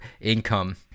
income